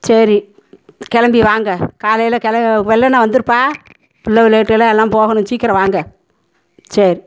சரி கிளம்பி வாங்க காலையில கெள வெள்ளனே வந்துடுப்பா பிள்ளை கிள்ள எல்லாம் எல்லாம் போகணும் சீக்கிரம் வாங்க சரி